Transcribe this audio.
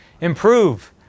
improve